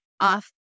off